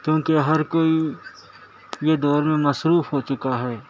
کیونکہ ہر کوئی یہ دور میں مصروف ہو چکا ہے